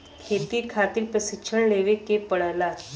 खेती खातिर प्रशिक्षण लेवे के पड़ला